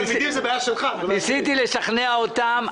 ניסיתי לשכנע אותם.